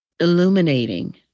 illuminating